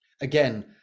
again